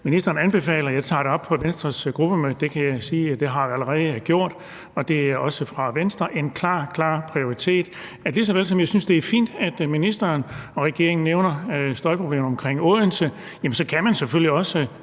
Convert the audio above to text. Ministeren anbefaler, at jeg tager det op på Venstres gruppemøde, og det kan jeg sige at jeg allerede har gjort, og det er også fra Venstres side en klar, klar prioritet. Og lige så vel som jeg synes, det er fint, at ministeren og regeringen nævner støjproblemer omkring Odense, kan man selvfølgelig også